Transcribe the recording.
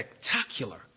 spectacular